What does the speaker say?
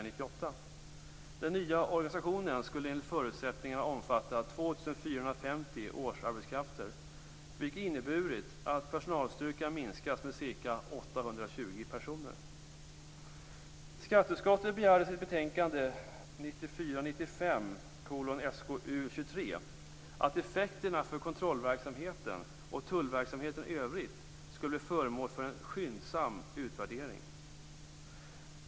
2 450 årsarbetskrafter, vilket inneburit att personalstyrkan har minskats med ca 820 personer. 1994/95:SkU23 att effekterna för kontrollverksamheten och tullverksamheten i övrigt skulle bli föremål för en skyndsam utvärdering.